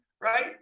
right